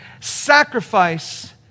sacrifice